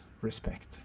respect